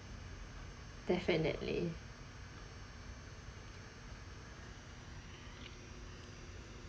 definitely